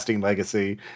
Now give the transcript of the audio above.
legacy